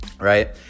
right